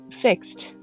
fixed